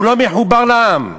הוא לא מחובר לעם.